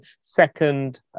second